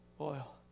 oil